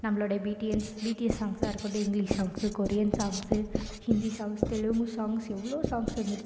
நம்மளுடைய பிடிஎன்ஸ் பிடிஎஸ் சாங்கா இருக்கட்டும் English songs Korean songs Hindi songs Telugu songs எவ்வளோ சாங்ஸ் வந்துடுச்சு